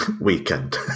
weekend